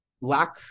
lack